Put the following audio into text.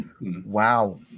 Wow